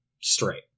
Straight